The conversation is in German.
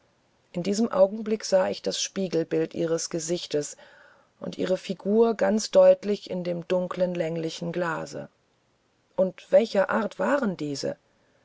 in diesem augenblick sah ich das spiegelbild ihres gesichts und ihrer figur ganz deutlich in dem dunklen länglichen glase und welcher art waren diese